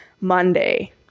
Monday